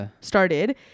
started